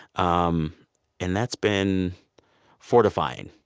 um and that's been fortifying,